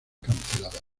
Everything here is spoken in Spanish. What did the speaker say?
cancelada